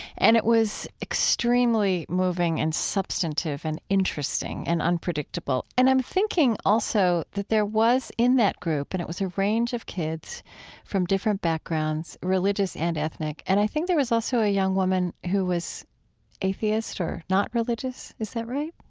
and it was extremely moving and substantive and interesting and unpredictable. and i'm thinking also that there was, in that group, and it was a range of kids from different backgrounds, religious and ethnic. and i think there was also a young woman who was atheist or not religious? is that right?